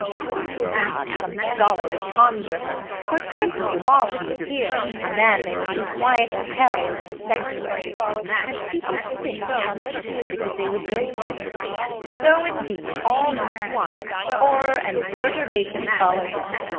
i would to god some scholar would conjure her, for certainly, while she is here, a man may live as quiet in hell as in a sanctuary and people sin upon purpose because they would go thither so indeed, all disquiet, horror and perturbation follow her.